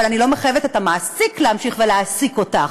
אבל אני לא מחייבת את המעסיק להמשיך להעסיק אותך,